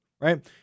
right